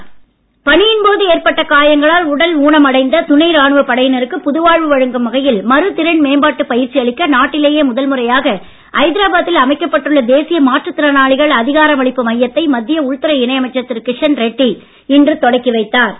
பயிற்சி பணியின் போது ஏற்பட்ட காயங்களால் உடல் ஊனம் அடைந்த துணை ராணுவ படையினருக்கு புதுவாழ்வு வழங்கும் வகையில் மறு திறன் மேம்பாட்டு பயிற்சி அளிக்க நாட்டிலேயே முதல் முறையாக ஐதராபாத்தில் அமைக்கப்பட்டுள்ள தேசிய மாற்றுத் திறனாளிகள் அதிகாரமளிப்பு மையத்தை மத்திய உள்துறை இணை அமைச்சர் திரு கிஷன் ரெட்டி இன்று தொடக்கி கொரோனா பெருந்தொற்று உட்பட எல்லாக் காலத்திலும் வைத்தாா்